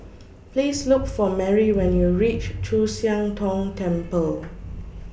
Please Look For Merrie when YOU REACH Chu Siang Tong Temple